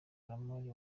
amashuri